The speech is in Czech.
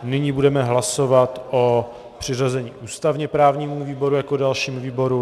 Nyní budeme hlasovat o přiřazení ústavněprávnímu výboru jako dalšímu výboru.